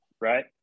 right